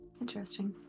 Interesting